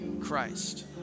Christ